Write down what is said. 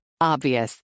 Obvious